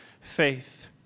faith